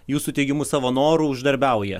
jūsų teigimu savo noru uždarbiauja